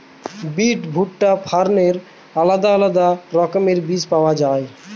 বিন, ভুট্টা, ফার্নের আলাদা আলাদা রকমের বীজ পাওয়া যায়